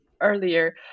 earlier